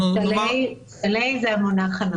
זה המונח הנכון.